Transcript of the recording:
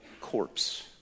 corpse